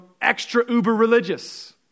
extra-uber-religious